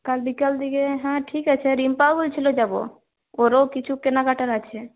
কাল বিকাল দিকে হ্যাঁ ঠিক আছে রিম্পাও বলছিল যাবো ওরও কিছু কেনাকাটার আছে